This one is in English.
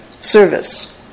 service